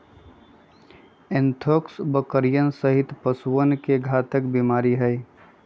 anthrax बकरियन सहित पशुअन के घातक बीमारी हई